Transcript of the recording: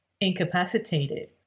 incapacitated